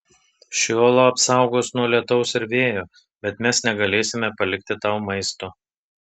ši uola apsaugos nuo lietaus ir vėjo bet mes negalėsime palikti tau maisto